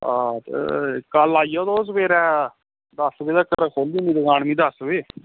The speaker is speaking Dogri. हां ते कल आई जायो तुस सवेरे दस बजे तकर खोली ओड़नी दस बजे